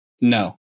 No